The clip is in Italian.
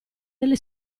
delle